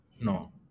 No